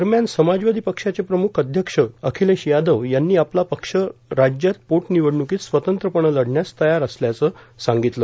दरम्यान समाजवादी पक्षाचे प्रमुख अध्यक्ष अखिलेश यादव यांनी आपला पक्ष राज्यात पोटनिवडणूकीत स्वतंत्रपणं लढण्यास तयार असल्याचं त्यांनी सांगितलं